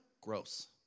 gross